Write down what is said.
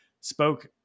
spoke